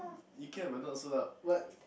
you care about not so lah what